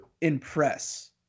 impress